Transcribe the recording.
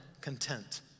content